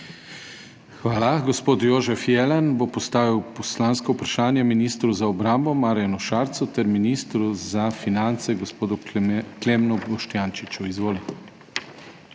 Hvala. Gospod Jožef Jelen bo postavil poslansko vprašanje ministru za obrambo Marjanu Šarcu ter ministru za finance gospodu Klemnu Boštjančiču. Izvoli.